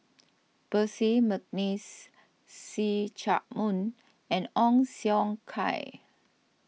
Percy McNeice See Chak Mun and Ong Siong Kai